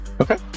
Okay